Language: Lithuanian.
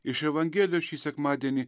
iš evangelijos šį sekmadienį